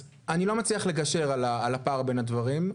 אני לא מצליח לגשר על הפער בין הדברים,